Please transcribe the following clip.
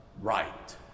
right